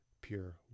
pure